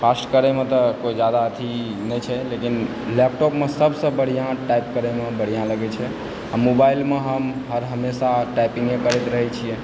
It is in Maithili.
फास्ट करयमे तब कोइ ज्यादा अथी नहि छै लेकिन लैपटॉपमऽ सबसँ बढ़िआँ टाइप करऽमे सभसँ बढ़िया लगैत छै आ मोबाइलमे हम हर हमेशा टाइपिंगे करैत रहय छियै